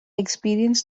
experienced